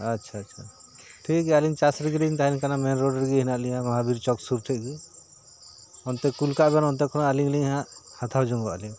ᱟᱪᱪᱷᱟ ᱟᱪᱪᱷᱟ ᱴᱷᱤᱠ ᱜᱮᱭᱟ ᱟᱹᱞᱤᱧ ᱪᱟᱥ ᱨᱮᱜᱮ ᱞᱤᱧ ᱛᱟᱦᱮᱱ ᱠᱟᱱᱟ ᱢᱮᱱ ᱨᱳᱰ ᱨᱮᱜᱮ ᱦᱮᱱᱟᱜ ᱞᱤᱧᱟ ᱢᱚᱦᱟᱵᱤᱨ ᱪᱚᱠᱥᱩᱨ ᱴᱷᱮᱱ ᱜᱮ ᱚᱱᱛᱮ ᱠᱩᱞ ᱠᱟᱜ ᱵᱮᱱ ᱚᱱᱛᱮ ᱠᱷᱚᱱ ᱟᱹᱞᱤᱧ ᱞᱤᱧ ᱦᱟᱸᱜ ᱦᱟᱛᱟᱣ ᱡᱚᱝᱚᱜᱼᱟ ᱞᱤᱧ